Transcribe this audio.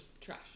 Trash